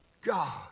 God